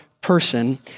person